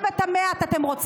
מה אתם עשיתם?